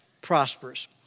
prosperous